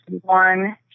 one